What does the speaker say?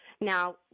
Now